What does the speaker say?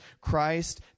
Christ